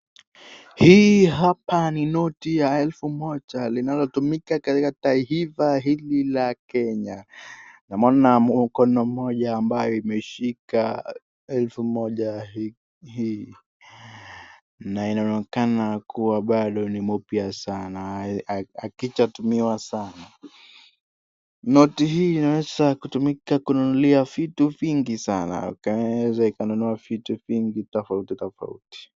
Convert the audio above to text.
Hii hapa ni noti ya elfu moja linalotumika katika taifa hili ya Kenya , naona mkono moja ambaye ameshika elfu moja hii na inaonekana pado ni mpya sana haijatumiwa sana noti hii inaweza kutumika kununua vitu vingi sana inaweza nunua vitu tafauti tafauti.